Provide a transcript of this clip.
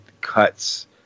cuts